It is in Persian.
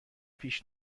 پیش